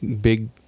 big